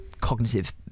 cognitive